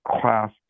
class